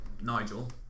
Nigel